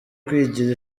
kwigira